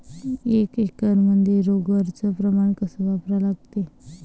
एक एकरमंदी रोगर च प्रमान कस वापरा लागते?